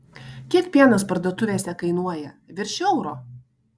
kiek pienas parduotuvėse kainuoja virš euro